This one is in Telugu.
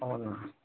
అవును